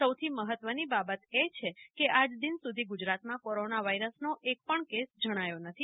સૌથી મહત્વની બાબત એ છેકે આ જ દીન સુધી ગુજરાતમાં કોરોના વાઈરસનો એકપણ કેસ જણાયો નથી